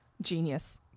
Genius